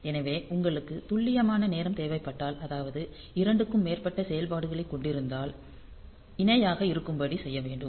எனவே உங்களுக்கு துல்லியமான நேரம் தேவைப்பட்டால் அதாவது 2 க்கும் மேற்பட்ட செயல்பாடுகளை கொண்டிருந்தால் இணையாக இருக்கும்படி செய்யவேண்டும்